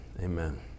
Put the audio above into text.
amen